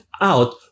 out